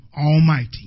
Almighty